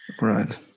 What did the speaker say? right